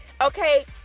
Okay